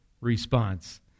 response